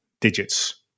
digits